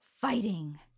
fighting